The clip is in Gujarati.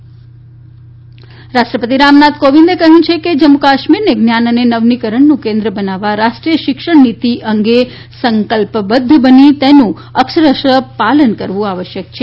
રાષ્ટ્રપતિ જમ્મુ કાશ્મીર રાષ્ટ્રપતિ રામનાથ કોવિંદે કહયું કે જમ્મુ કાશ્મીરને જ્ઞાન અને નવીનીકરણનું કેન્દ્ર બનાવવા રાષ્ટ્રીય શિક્ષણ નીતી અંગે સંકલ્પબધ્ધ બની તેનું અક્ષરસઃ પાલન કરવુ આવશ્યક છે